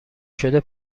شده